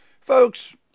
Folks